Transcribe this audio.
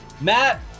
Matt